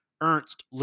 Ernst